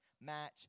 match